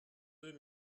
deux